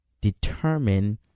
determine